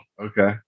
okay